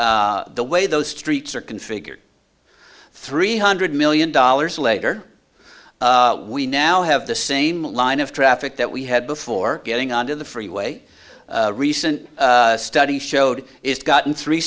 those the way those streets are configured three hundred million dollars later we now have the same line of traffic that we had before getting onto the freeway recent study showed it's gotten three